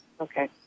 Okay